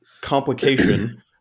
complication